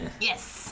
Yes